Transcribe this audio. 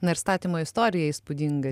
na ir statymo istorija įspūdinga